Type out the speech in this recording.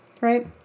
right